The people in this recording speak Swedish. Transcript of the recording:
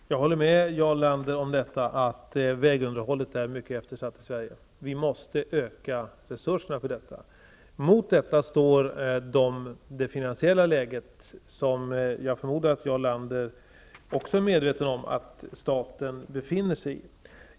Herr talman! Jag håller med Jarl Lander om att vägunderhållet är mycket eftersatt i Sverige. Vi måste öka resurserna. Mot detta står det finansiella läge som jag förmodar att Jarl Lander också är medveten om att staten befinner sig i.